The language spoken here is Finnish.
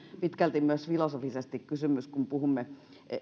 pitkälti myös filosofisesti kysymys kun puhumme